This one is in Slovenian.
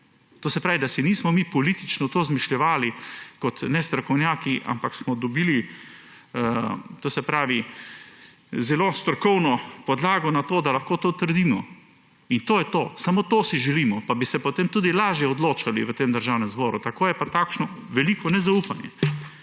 To se pravi, da se nismo mi politično to izmišljevali kot nestrokovnjaki, ampak smo dobili zelo strokovno podlago na to, da lahko to trdimo. In to je to. Samo to si želimo pa bi se potem tudi lažje odločali v tem državnem zboru, tako je pa takšno veliko nezaupanje.